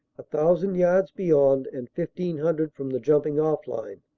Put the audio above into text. a thousand yards beyond and fifteen hundred from the jumping-off line,